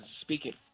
speaking